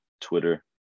Twitter